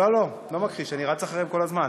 לא, לא, לא מכחיש, אני רץ אחריהם כל הזמן.